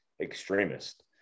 extremist